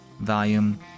volume